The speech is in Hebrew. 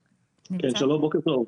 כן, שלום ובוקר טוב.